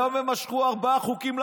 היום הם משכו ארבעה חוקים.